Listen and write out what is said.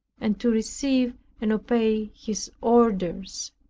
and to receive and obey his orders.